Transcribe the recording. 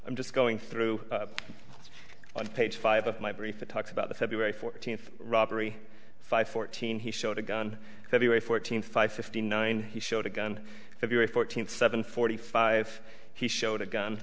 i'm just going through on page five of my brief it talks about the february fourteenth robbery five fourteen he showed a gun that he way fourteen five fifty nine he showed a gun if you're a fourteen seven forty five he showed a gun